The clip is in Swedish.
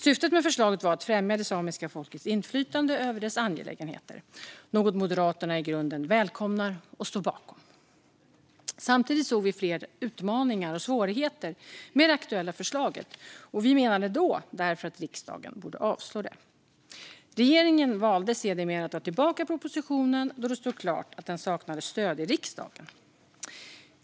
Syftet med förslaget var att främja det samiska folkets inflytande över dess angelägenheter, något Moderaterna i grunden välkomnar och står bakom. Samtidigt såg vi flera utmaningar och svårigheter med det aktuella förslaget. Vi menade då därför att riksdagen borde avslå det. Regeringen valde sedermera att dra tillbaka propositionen, då det stod klart att den saknade stöd i riksdagen.